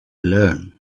learn